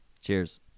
Cheers